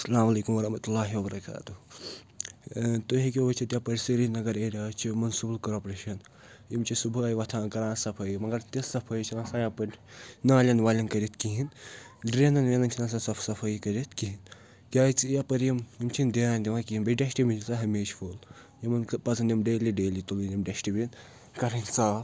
اسلام علیکُم وَرحمتہ اللہِ وَبرکاتہ تُہۍ ہیٚکِو وٕچھِتھ یَپٲرۍ سرینگر ایریاہس چھِ مُنسپل کارپریشَن یِم چھِ صُبحٲے وۄتھان کَران صفٲیی مگر تِژھ صفٲیی چھَنہٕ آسان یَپٲرۍ نالیٚن والیٚن کٔرِتھ کِہیٖنۍ ڈرٛینَن وینَن چھنہٕ آسان صاف صفٲیی کٔرِتھ کِہیٖنۍ کیٛازِ یَپٲرۍ یِم چھِنہٕ دیان دِوان کِہیٖنۍ بیٚیہِ ڈٮ۪سٹٕبِن چھِ آسان ہمیشہِ فُل یِمَن پَزَن یِم ڈیلی ڈیلی تُلٕنۍ یِم ڈٮشٹٕبِن کَرٕنۍ صاف